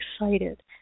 excited